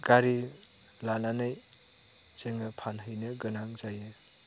गारि लानानै जोङो फानहैनो गोनां जायो